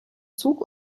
zug